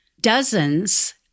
dozens